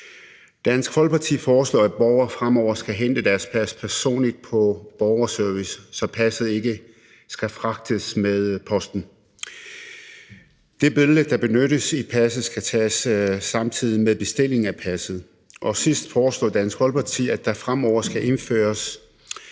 Dansk Folkeparti foreslår, at borgere fremover personligt skal hente deres pas hos borgerservice, så passet ikke skal fragtes med posten. Det billede, der benyttes i passet, skal tages samtidig med bestilling af passet. Til sidst foreslår Dansk Folkeparti, at der fremover skal indføres